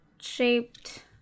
shaped